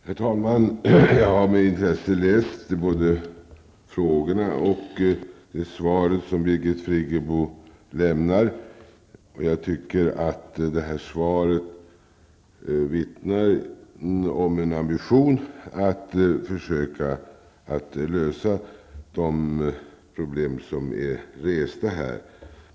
Herr talman! Jag har med intresse läst både frågorna och det svar som Birgit Friggebo lämnat. Jag tycker att svaret vittnar om en ambition att försöka lösa de problem som här rests.